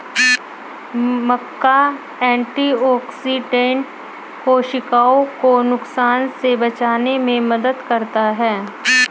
मक्का antioxidant कोशिकाओं को नुकसान से बचाने में मदद करता है